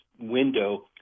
window